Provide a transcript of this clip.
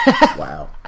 Wow